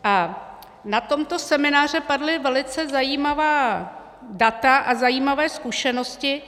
A na tomto semináři padla velice zajímavá data a zajímavé zkušenosti.